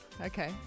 Okay